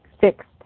fixed